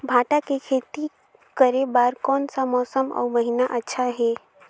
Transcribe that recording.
भांटा के खेती करे बार कोन सा मौसम अउ महीना अच्छा हे?